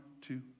two